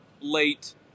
late